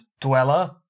dweller